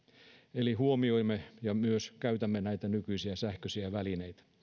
eli huomioimme ja myös käytämme näitä nykyisiä sähköisiä välineitä